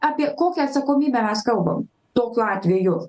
apie kokią atsakomybę mes kalbam tokiu atveju